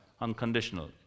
unconditional